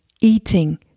eating